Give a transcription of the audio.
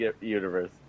universe